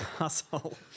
asshole